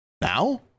now